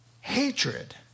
hatred